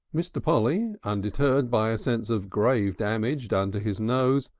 mr. polly, undeterred by a sense of grave damage done to his nose,